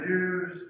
Jews